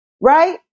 Right